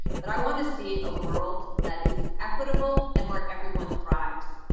but i want to see a world that is equitable and where everyone thrives,